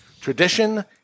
tradition